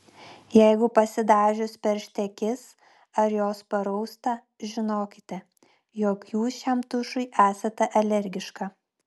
jeigu pasidažius peršti akis ar jos parausta žinokite jog jūs šiam tušui esate alergiška